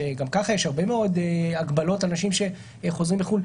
שגם ככה יש הרבה מאוד הגבלות על אנשים שחוזרים מחו"ל,